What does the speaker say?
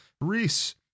Reese